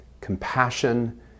compassion